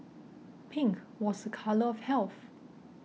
pink was a colour of health